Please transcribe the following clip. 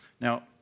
Now